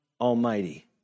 Almighty